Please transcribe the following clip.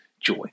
joy